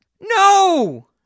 No